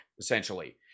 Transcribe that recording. essentially